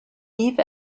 eve